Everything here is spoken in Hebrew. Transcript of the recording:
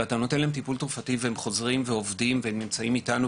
ואתה נותן להם טיפול תרופתי ואז הם חוזרים ועובדים וחלק מאיתנו.